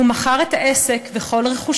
הוא מכר את העסק ואת כל רכושו,